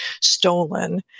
stolen